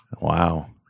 Wow